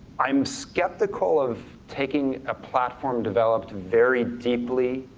i'm skeptical of taking a platform developed very deeply